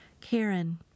Karen